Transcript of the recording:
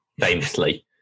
Famously